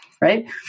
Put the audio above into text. right